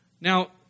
Now